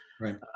right